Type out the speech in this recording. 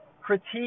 critique